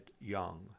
Young